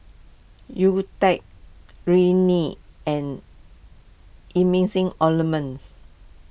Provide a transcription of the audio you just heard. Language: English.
Nutren Rene and Emulsying Ointments